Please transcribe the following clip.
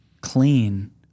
clean –